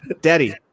Daddy